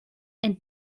and